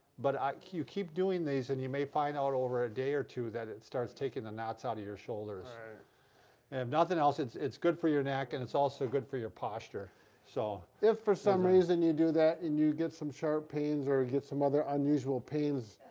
but you keep doing these, and you may find out over a day or two that it starts taking the knots out of your shoulders. and if nothing else it's it's good for your neck and it's also good for your posture so if for some reason you do that, and you get some sharp pains, or ah get some other unusual pains,